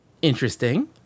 interesting